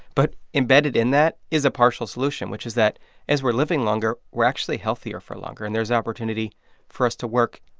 but embedded in that is a partial solution, which is that as we're living longer, we're actually healthier for longer, and there's opportunity for us to work,